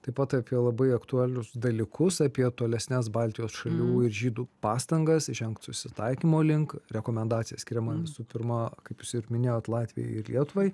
taip pat apie labai aktualius dalykus apie tolesnes baltijos šalių ir žydų pastangas žengt susitaikymo link rekomendacija skiriama visų pirma kaip ir minėjot latvijai ir lietuvai